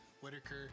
Whitaker